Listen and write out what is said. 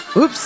Oops